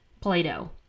play-doh